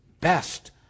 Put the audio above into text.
best